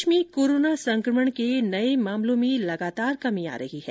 प्रदेश में कोरोना संकमण के मामलों में लगातार कमी आ रही है